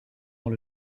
dans